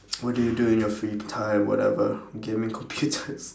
what do you do in your free time whatever gaming computers